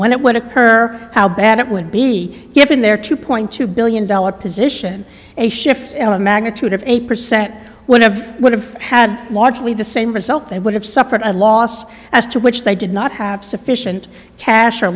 when it would occur how bad it would be given their two point two billion dollar position a shift in a magnitude of eight percent when it would have had largely the same result they would have suffered a loss as to which they did not have sufficient cash or